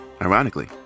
ironically